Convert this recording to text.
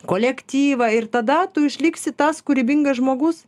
kolektyvą ir tada tu išliksi tas kūrybingas žmogus